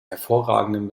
hervorragenden